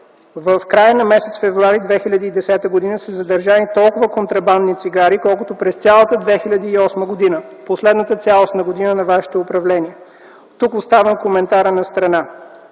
В края на м. февруари 2010 г. са задържани толкова контрабандни цигари, колкото през цялата 2008 г. – последната цялостна година на вашето управление. Тук оставам коментара настрана.